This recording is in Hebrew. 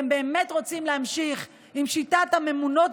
אתם באמת רוצים להמשיך עם שיטת הממונות